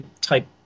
type